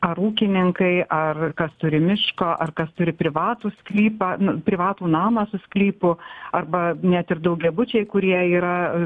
ar ūkininkai ar kas turi miško ar kas turi privatų sklypą privatų namą su sklypu arba net ir daugiabučiai kurie yra